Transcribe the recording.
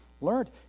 learned